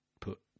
put